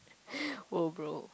!whoa! bro